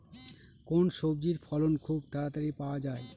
কোন সবজির ফলন খুব তাড়াতাড়ি পাওয়া যায়?